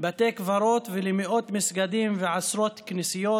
בתי קברות ולמאות מסגדים ועשרות כנסיות